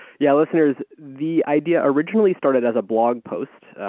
yeah, listeners. the idea originally started as a blog post,